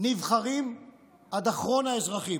נבחרים עד אחרון האזרחים,